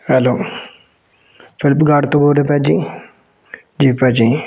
hello Flipkart ਤੋਂ ਬੋਲ ਰਹੇ ਹੋ ਭਾਅ ਜੀ ਜੀ ਭਾਅ ਜੀ